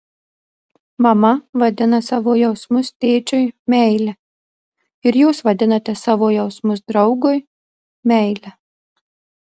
mama vadina savo jausmus tėčiui meile ir jūs vadinate savo jausmus draugui meile